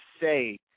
say